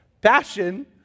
passion